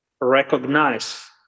recognize